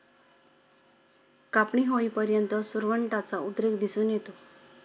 कापणी होईपर्यंत सुरवंटाचा उद्रेक दिसून येतो